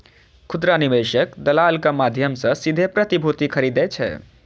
खुदरा निवेशक दलालक माध्यम सं सीधे प्रतिभूति खरीदै छै